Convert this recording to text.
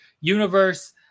universe